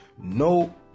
no